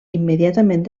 immediatament